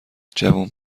جوون